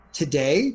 today